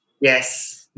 Yes